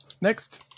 Next